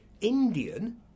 Indian